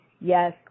yes